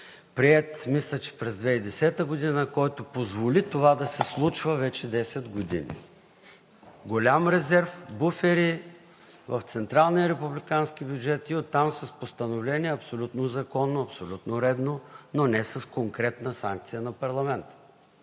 приет, мисля, че през 2010 г., който позволи това да се случва вече 10 години, голям резерв, буфери в Централния републикански бюджет и оттам с постановления абсолютно законно, абсолютно редно, но не с конкретна санкция на парламента.